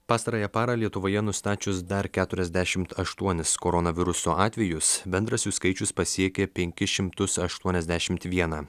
pastarąją parą lietuvoje nustačius dar keturiasdešimt aštuonis koronaviruso atvejus bendras jų skaičius pasiekė penkis šimtus aštuoniasdešimt vieną